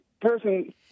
person